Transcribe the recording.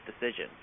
decision